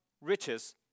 riches